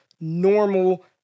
normal